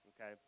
Okay